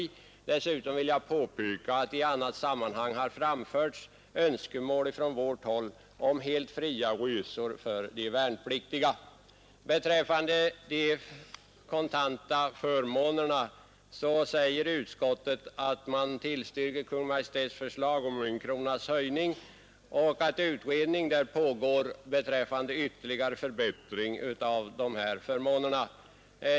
Desutom vill jag påpeka att det i annat sammanhang har framförts önskemål från vårt håll om helt fria resor för de värnpliktiga. Beträffande de kontanta förmånerna säger utskottet, att man tillstyrker Kungl. Maj:ts förslag om 1 kronas höjning och att utredning pågår om ytterligare förbättring av dessa förmåner.